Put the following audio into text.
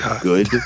good